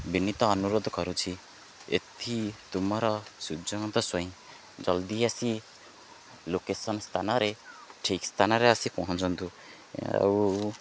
ବିନୀତ ଅନୁରୋଧ କରୁଛି ଏଥି ତୁମର ସୂର୍ଯ୍ୟକାନ୍ତ ସ୍ୱାଇଁ ଜଲ୍ଦି ଆସି ଲୋକେଶନ ସ୍ଥାନରେ ଠିକ ସ୍ଥାନରେ ଆସି ପହଞ୍ଚନ୍ତୁ ଆଉ